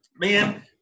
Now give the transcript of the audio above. man